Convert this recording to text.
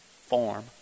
form